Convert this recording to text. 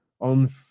on